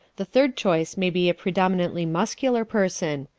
the third choice may be a predominantly muscular person.